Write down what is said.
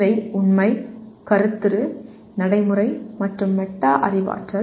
இவை உண்மை கருத்துரு நடைமுறை மற்றும் மெட்டா அறிவாற்றல்